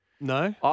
No